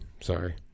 Sorry